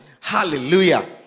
Hallelujah